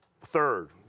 Third